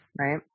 right